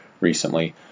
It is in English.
recently